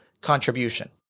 contribution